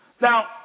Now